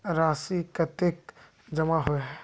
राशि कतेक जमा होय है?